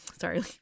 sorry